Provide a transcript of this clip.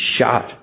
shot